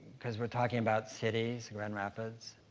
cause we're talking about cities, grand rapids?